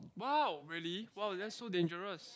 wow really wow that's so dangerous